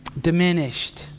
diminished